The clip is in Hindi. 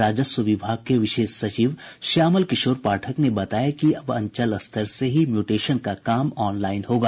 राजस्व विभाग के विशेष सचिव श्यामल किशोर पाठक ने बताया कि अब अंचल स्तर से ही म्यूटेशन का काम ऑनलाईन होगा